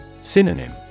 Synonym